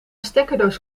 stekkerdoos